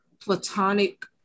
platonic